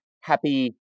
happy